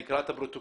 יקרא את הפרוטוקול.